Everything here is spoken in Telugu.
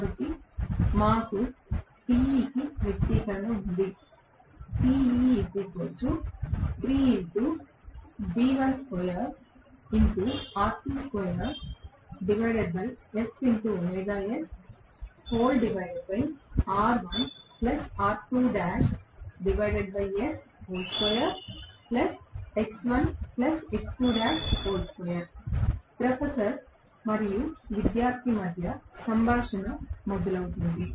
కాబట్టి మాకు Te కి వ్యక్తీకరణ ఉంది ప్రొఫెసర్ మరియు విద్యార్థి మధ్య సంభాషణ మొదలవుతుంది